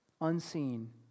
unseen